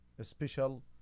special